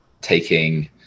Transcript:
taking